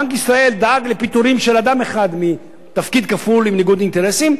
בנק ישראל דאג לפיטורים של אדם אחד מתפקיד כפול עם ניגוד אינטרסים,